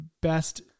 best